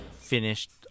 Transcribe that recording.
finished